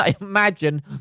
imagine